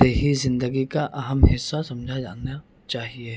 دیہی زندگی کا اہم حصہ سمجھا جانا چاہیے